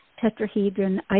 tetrahedron